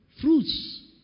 fruits